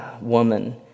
woman